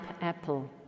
apple